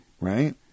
Right